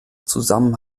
zusammen